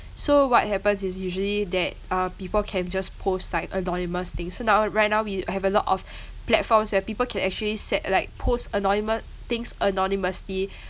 so what happens is usually that uh people can just post like anonymous things so now right now we have a lot of platforms where people can actually set like post anonymo~ things anonymously